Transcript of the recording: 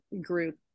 group